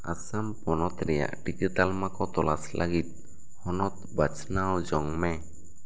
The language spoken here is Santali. ᱟᱥᱟᱢ ᱯᱚᱱᱚᱛ ᱨᱮᱭᱟᱜ ᱴᱤᱠᱟᱹ ᱛᱟᱞᱢᱟ ᱠᱚ ᱛᱚᱞᱟᱥ ᱞᱟᱹᱜᱤᱫ ᱦᱚᱱᱚᱛ ᱵᱟᱪᱷᱱᱟᱣ ᱡᱚᱝ ᱢᱮ